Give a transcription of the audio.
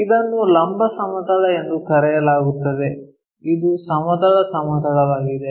ಇದನ್ನು ಲಂಬ ಸಮತಲ ಎಂದು ಕರೆಯಲಾಗುತ್ತದೆ ಇದು ಸಮತಲ ಸಮತಲವಾಗಿದೆ